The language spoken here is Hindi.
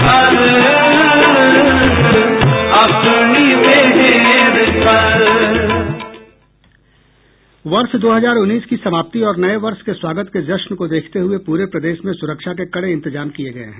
वर्ष दो हजार उन्नीस की समाप्ति और नये वर्ष के स्वागत के जश्न को देखते हुए पूरे प्रदेश में सुरक्षा के कड़े इंतजाम किये गये हैं